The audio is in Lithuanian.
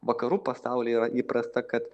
vakarų pasaulyje yra įprasta kad